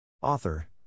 Author